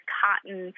cotton